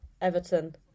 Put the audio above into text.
Everton